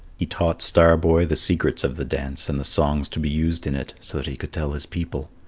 he taught star-boy the secrets of the dance and the songs to be used in it, so that he could tell his people.